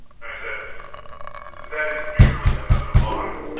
i said that is merely another lie.